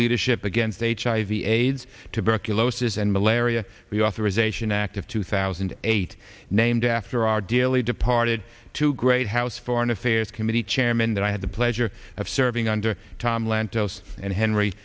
leadership against hiv aids tuberculosis and malaria reauthorization act of two thousand and eight named after our daily departed to great house foreign affairs committee chairman that i had the pleasure of serving under tom lantos and henry